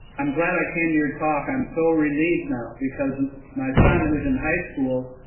i'm glad i came to your talk. i'm so relieved now because my son who is in high school,